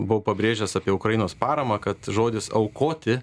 buvau pabrėžęs apie ukrainos paramą kad žodis aukoti